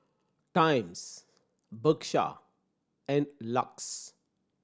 Times Bershka and LUX